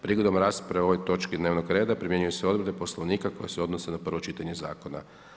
Prigodom rasprave o ovoj točki dnevnog reda primjenjuju se odredbe Poslovnika koje se odnose na prvo čitanje zakona.